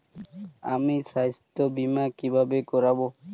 আমি স্বাস্থ্য বিমা কিভাবে করাব?